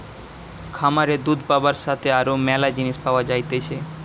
খামারে দুধ পাবার সাথে আরো ম্যালা জিনিস পাওয়া যাইতেছে